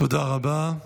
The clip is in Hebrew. תודה רבה.